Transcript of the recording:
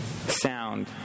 Sound